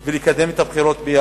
את הנושא הזה ולקדם את הבחירות בירכא.